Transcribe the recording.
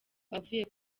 avuye